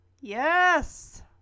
Yes